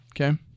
Okay